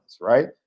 right